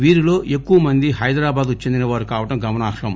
వీరిలో ఎక్కువ మంది హైదరాబాద్ కు చెందిన వారు కావటం గమనార్హం